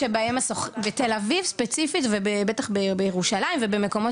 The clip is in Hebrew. בתל אביב ספציפית ובטח גם בירושלים ובעוד מקומות